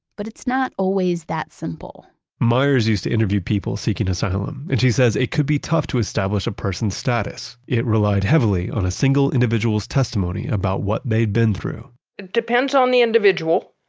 but it's not always that simple meyers used to interview people seeking asylum, and she says it could be tough to establish a person's status. it relied heavily on a single individual's testimony about what they'd been through it depends on the individual.